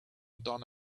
done